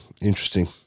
interesting